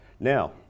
Now